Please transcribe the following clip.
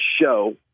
show